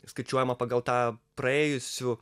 skaičiuojama pagal tą praėjusių